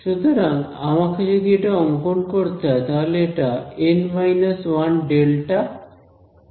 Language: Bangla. সুতরাং আমাকে যদি এটা অংকন করতে হয় তাহলে এটা △ এবং এটা n△